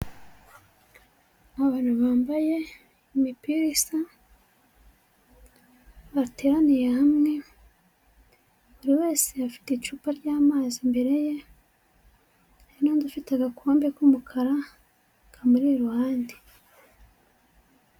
Abantu bambaye imipira isa, bateraniye hamwe, buri wese afite icupa ry'amazi imbere ye; hari n'undi ufite agakombe k'umukara kamuri iruhande.